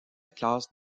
classe